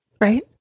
Right